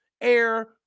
air